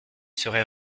serait